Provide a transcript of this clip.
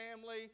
family